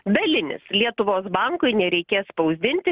dalinis lietuvos bankui nereikės spausdinti